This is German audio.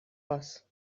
was